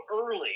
early